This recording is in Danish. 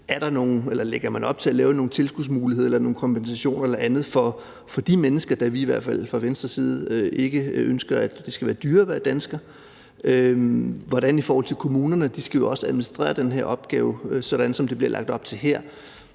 Lægger man op til at lave nogle tilskudsmuligheder eller nogle kompensationsmuligheder eller andet for de mennesker, da vi i hvert fald fra Venstres side ikke ønsker, at det skal være dyrere at være dansker? Hvordan vil det være i forhold til kommunerne? De skal jo også administrere den her opgave, sådan som det bliver lagt op til her.